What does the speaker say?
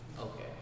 Okay